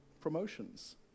promotions